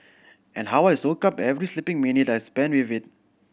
and how I soak up every sleeping minute I spend with it